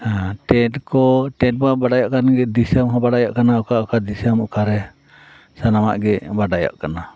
ᱦᱮᱸ ᱴᱮᱰ ᱠᱚ ᱴᱮᱰ ᱢᱟ ᱵᱟᱰᱟᱭᱚᱜ ᱠᱟᱱ ᱜᱮ ᱫᱤᱥᱚᱢ ᱦᱚᱸ ᱵᱟᱲᱟᱭᱚᱜ ᱠᱟᱱᱟ ᱚᱠᱟ ᱚᱠᱟ ᱚᱠᱟ ᱫᱤᱥᱚᱢ ᱚᱠᱟ ᱨᱮ ᱥᱟᱱᱟᱢᱟᱜ ᱜᱮ ᱵᱟᱰᱟᱭᱚᱜ ᱠᱟᱱᱟ